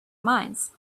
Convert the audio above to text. minds